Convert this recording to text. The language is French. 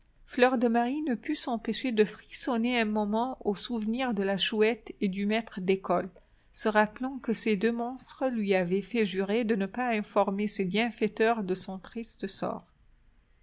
fleur de marie ne put s'empêcher de frissonner un moment au souvenir de la chouette et du maître d'école se rappelant que ces deux monstres lui avaient fait jurer de ne pas informer ses bienfaiteurs de son triste sort